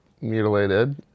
mutilated